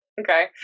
Okay